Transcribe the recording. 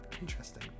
Interesting